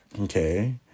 Okay